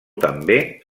també